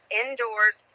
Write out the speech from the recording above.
indoors